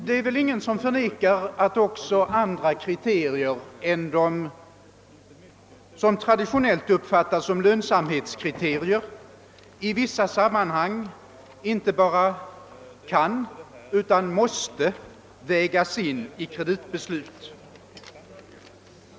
Det är väl ingen som förnekar att också andra kriterier än de, som traditionellt uppfattas som lönsamhetskrite rier, i vissa sammanhang inte bara kan, utan måste vägas in i kreditbeslut.